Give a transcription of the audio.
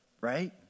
Right